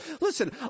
listen